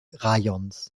rajons